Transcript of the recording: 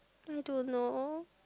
I don't know